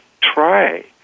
try